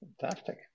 Fantastic